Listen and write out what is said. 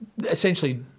essentially